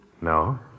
No